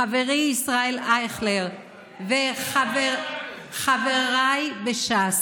חברי ישראל אייכלר וחבריי בש"ס,